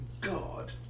God